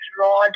rod